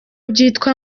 byitwa